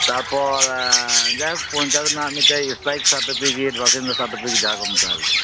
ᱛᱟᱯᱳᱨ ᱡᱟᱭᱦᱳᱠ ᱯᱚᱱᱪᱟᱭᱮᱛ ᱨᱮᱱᱟᱜ ᱢᱤᱴᱮᱡ ᱥᱛᱷᱟᱭᱤ ᱥᱟᱨᱴᱚᱯᱷᱤᱠᱤᱴ ᱵᱟᱥᱤᱱᱫᱟ ᱥᱟᱴᱚᱯᱷᱤᱠᱤᱴ ᱡᱟᱦᱟ ᱠᱚ ᱢᱮᱛᱟᱜᱼᱟ ᱟᱨᱠᱤ